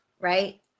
right